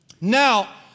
Now